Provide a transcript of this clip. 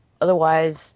Otherwise